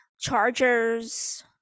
Chargers